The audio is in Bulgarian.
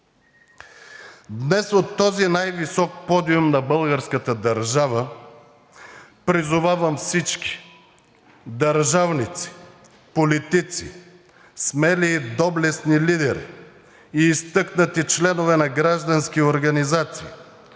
Днес от този най-висок подиум на българската държава призовавам всички – държавници, политици, смели и доблестни лидери, изтъкнати членове на граждански организации,